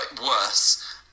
worse